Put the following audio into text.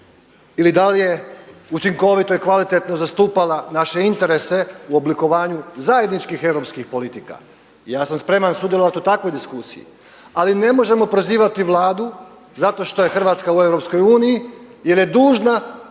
ili da li je učinkovito i kvalitetno zastupala naše interese u oblikovanju zajedničkih europskih politika. Ja sam spreman sudjelovati u takvoj diskusiji. Ali ne možemo prozivati Vladu zato što je Hrvatska u EU jel je dužna